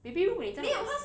maybe when 你 is